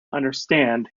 understand